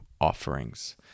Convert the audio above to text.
offerings